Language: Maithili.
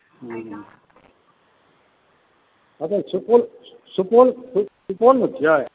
हुँ अच्छा सुपौल सुपौल सुपौलमे छिए